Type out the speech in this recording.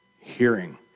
hearing